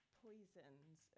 poisons